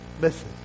Listen